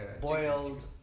boiled